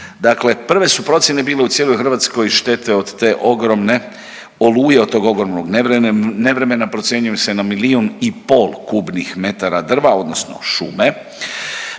Dakle prve su procjene bile u cijeloj Hrvatskoj, štete od te ogromne oluje, od tog ogromnog nevremena, procjenjuje se na milijun i pol kubnih metara drva, odnosno šume